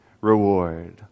reward